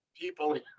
people